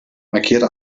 markiere